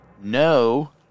no